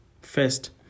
First